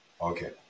okay